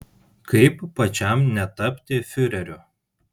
kaip pačiam netapti fiureriu